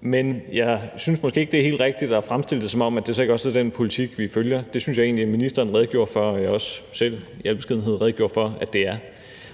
men jeg synes måske ikke, det er helt rigtigt at fremstille det, som om det så ikke også er den politik, vi følger. Det synes jeg egentlig ministeren redegjorde for og at jeg også selv i al beskedenhed redegjorde for at det er.